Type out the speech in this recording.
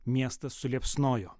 miestas suliepsnojo